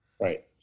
Right